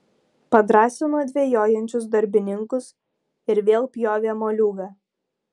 padrąsino dvejojančius darbininkus ir vėl pjovė moliūgą